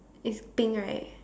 is pink right